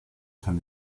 kann